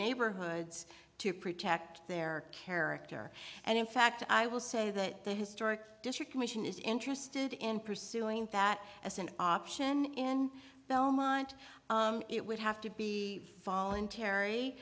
neighborhoods to protect their character and in fact i will say that the historic district commission is interested in pursuing that as an option in belmont it would have to be voluntary